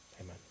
Amen